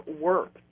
work